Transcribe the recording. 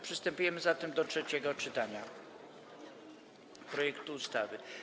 Przystępujemy zatem do trzeciego czytania projektu ustawy.